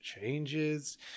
changes